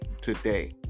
today